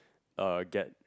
a gap